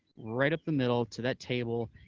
right up the middle to that table,